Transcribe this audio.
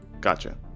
Gotcha